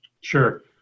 Sure